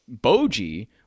Boji